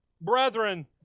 brethren